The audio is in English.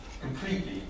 completely